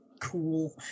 cool